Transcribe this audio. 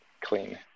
clean